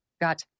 got